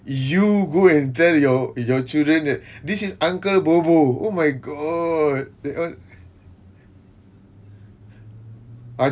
you go and tell your your children that this is uncle bobo oh my god that one